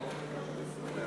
אדוני היושב-ראש,